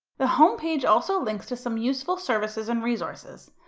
the home page also links to some useful services and resources,